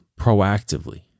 proactively